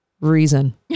reason